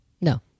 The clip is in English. No